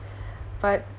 but